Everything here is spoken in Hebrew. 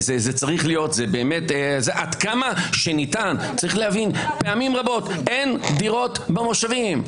צריך להבין שפעמים רבות אין דירות במושבים.